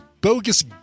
bogus